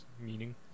meaning